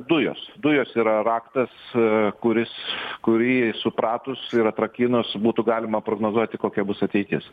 dujos dujos yra raktas kuris kurį supratus ir atrakinus būtų galima prognozuoti kokia bus ateitis